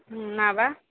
ହୁଁ ହଁ ବା